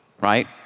right